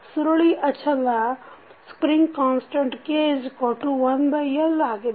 ಸುರುಳಿ ಅಚಲ K 1L ಆಗಿದೆ